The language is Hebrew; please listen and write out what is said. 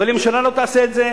אבל אם הממשלה לא תעשה את זה,